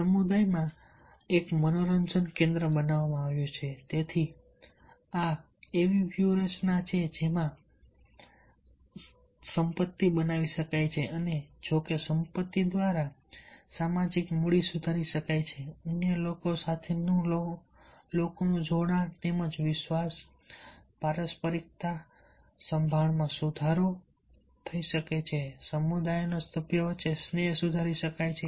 સમુદાયમાં એક મનોરંજન કેન્દ્ર બનાવ્યું તેથી આ એવી વ્યૂહરચના છે જ્યાં સંપત્તિ બનાવી શકાય છે અને જો કે સંપત્તિ દ્વારા સામાજિક મૂડી સુધારી શકાય છે અન્ય લોકો સાથેના લોકોનું જોડાણ તેમજ વિશ્વાસ પારસ્પરિકતા સંભાળમાં સુધારો થઈ શકે છે સમુદાયના સભ્યો વચ્ચે સ્નેહ સુધારી શકાય છે